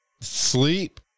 sleep